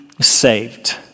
saved